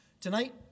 Tonight